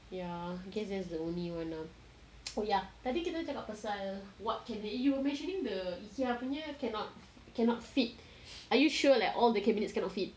ya I guess that's the only one ah oh ya tadi kita cakap pasal what can you mentioned the IKEA punya cannot cannot fit are you sure like all the cabinets cannot fit